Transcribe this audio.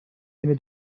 bine